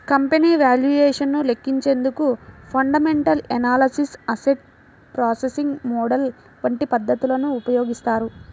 company valuation ను లెక్కించేందుకు fundamental analysis, asset pricing model వంటి పద్ధతులను ఉపయోగిస్తారు